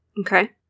Okay